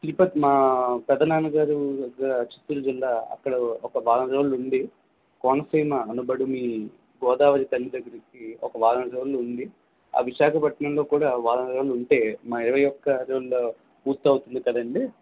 తిరుపతి మా పెదనాన్నగారు చిత్తూరు జిల్లా అక్కడ వారం రోజులు ఉండి కోనసీమ అనబడు మీ గోదావరి తల్లి దగ్గరికి ఒక వారం రోజులు ఉండి ఆ విశాఖపట్నంలో కూడా వారం రోజులు ఉంటే మా ఇరవై ఒక్క రోజులు పూర్తి అవుతుంది కదండీ